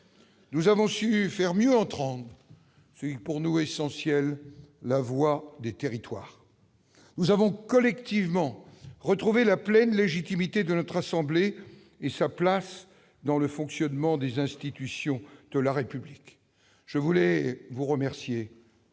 Nous avons su faire mieux entendre- ce point est essentiel pour nous -la voix des territoires. Nous avons collectivement restauré la pleine légitimité de notre assemblée et sa place dans le fonctionnement des institutions de la République. Je vous remercie